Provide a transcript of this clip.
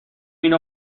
اینو